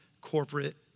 corporate